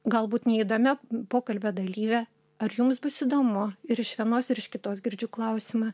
galbūt neįdomia pokalbio dalyve ar jums bus įdomu ir iš vienos ir iš kitos girdžiu klausimą